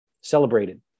celebrated